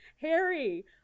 Harry